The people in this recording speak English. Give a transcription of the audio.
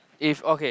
if okay